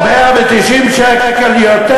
190 שקל יותר,